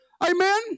amen